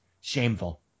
shameful